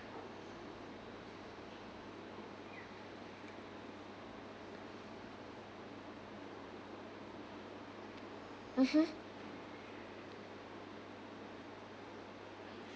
mmhmm